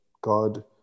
God